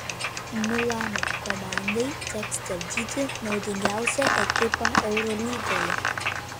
milano komandai teks stabdyti naudingiausią ekipą eurolygoje